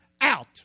out